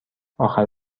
آخر